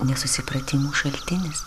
nesusipratimų šaltinis